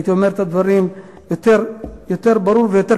הייתי אומר את הדברים יותר ברור ויותר